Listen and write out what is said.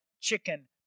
chicken